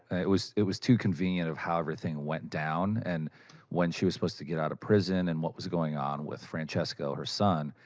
it was it was too convenient of how everything went down. and when she was supposed to get out of prison, and what was going on with francesco, her son.